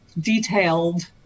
detailed